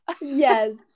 Yes